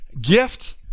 gift